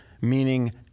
Meaning